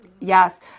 Yes